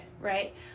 right